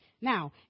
Now